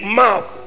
mouth